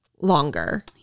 longer